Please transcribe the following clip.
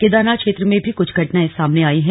केदारनाथ क्षेत्र में भी क्छ घटनाएं सामने आई हैं